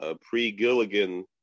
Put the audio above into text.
pre-Gilligan